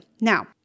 Now